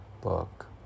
book